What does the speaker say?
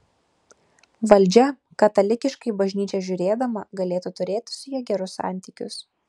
valdžia katalikiškai į bažnyčią žiūrėdama galėtų turėti su ja gerus santykius